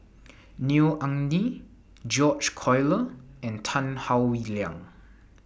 Neo Anngee George Collyer and Tan Howe Liang